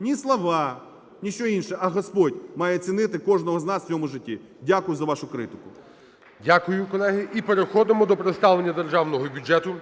ні слова, ні що інше, а Господь має цінити кожного з нас в цьому житті. Дякую за вашу критику. ГОЛОВУЮЧИЙ. Дякую, колеги. І переходимо до представлення Державного бюджету.